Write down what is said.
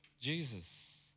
Jesus